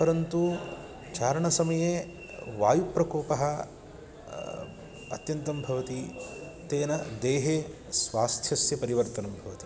परन्तु चारणसमये वायुप्रकोपः अत्यन्तं भवति तेन देहे स्वास्थ्यस्य परिवर्तनं भवति